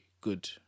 good